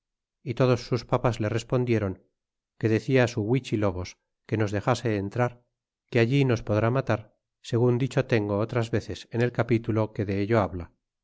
y todos sus papas le respondi e ron que decía su huichilobos que nos dexase entrar que allí nos podrá matar segun dicho tengo otras veces en el capítulo que dello habla